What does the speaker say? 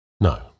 No